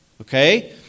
Okay